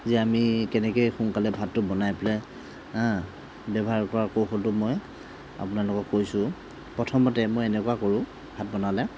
যে আমি কেনেকৈ সোনকালে ভাতটো বনাই পেলাই ব্যৱহাৰ কৰা কৌশলটো মই আপোনালোকক কৈছোঁ প্ৰথমতে মই এনেকুৱা কৰোঁ ভাত বনালে